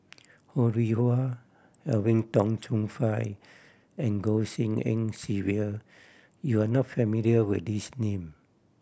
Ho Rih Hwa Edwin Tong Chun Fai and Goh Tshin En Sylvia you are not familiar with these name